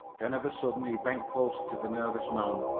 then of a sudden, he bent closer to the nervous man.